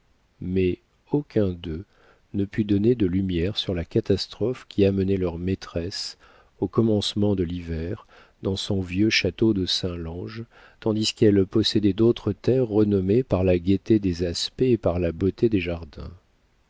mais aucun d'eux ne put donner de lumières sur la catastrophe qui amenait leur maîtresse au commencement de l'hiver dans son vieux château de saint lange tandis qu'elle possédait d'autres terres renommées par la gaieté des aspects et par la beauté des jardins